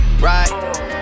right